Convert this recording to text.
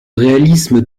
réalisme